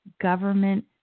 government